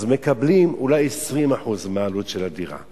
אז מקבלים אולי 20% מהעלות של הדירה.